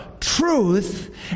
truth